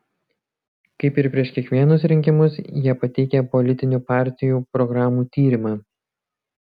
kaip ir prieš kiekvienus rinkimus jie pateikia politinių partijų programų tyrimą